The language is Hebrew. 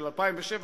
של 2007,